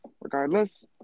Regardless